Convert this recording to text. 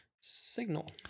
signal